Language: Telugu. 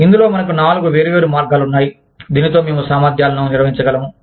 ఇందులో మనకు నాలుగు వేర్వేరు మార్గాలు ఉన్నాయి దీనితో మేము సామర్థ్యాలను నిర్వహించగలము